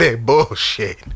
bullshit